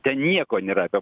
ten nieko nėra apie